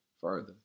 Further